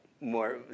more